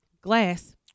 Glass